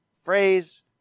phrase